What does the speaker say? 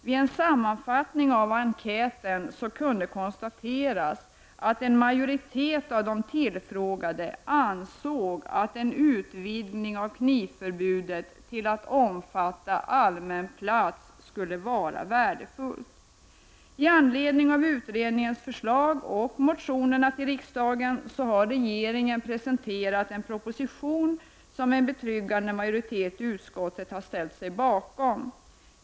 Vid en sammanfattning av enkäten kunde konstateras att en majoritet av de tillfrågade ansåg att en utvidgning av knivförbudet till att omfatta allmän plats skulle vara värdefullt. Med anledning av utredningens förslag och motionerna till riksdagen har regeringen presenterat en proposition, som en betryggande majoritet i utskottet har ställt sig bakom.